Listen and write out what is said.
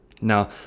Now